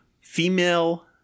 female